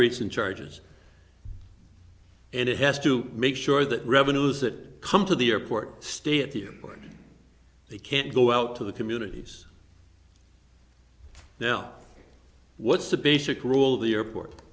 and charges and it has to make sure that revenues that come to the airport stay at the airport they can't go out to the communities now what's the basic rule of the airport